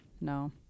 No